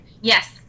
Yes